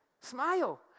smile